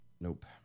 Nope